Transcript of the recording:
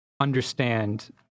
understand